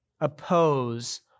oppose